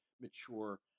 mature